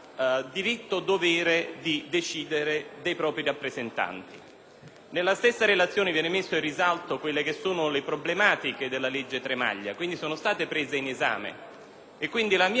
Nella stessa relazione sono messe in risalto le problematiche della legge Tremaglia, che quindi sono state prese in esame. La mia valutazione è che, tenendo conto di una relazione che non mi ha convinto,